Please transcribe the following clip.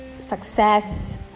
success